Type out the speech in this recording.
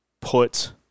put